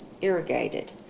irrigated